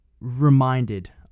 reminded